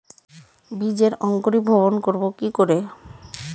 বীজের অঙ্কুরিভবন করব কি করে?